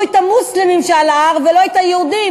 את המוסלמים שעל ההר ולא את היהודים,